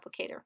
applicator